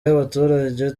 y’abaturage